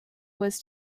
was